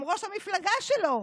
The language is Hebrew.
גם ראש המפלגה שלו,